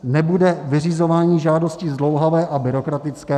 Nebude vyřizování žádostí zdlouhavé a byrokratické?